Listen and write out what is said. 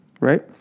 right